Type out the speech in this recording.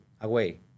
away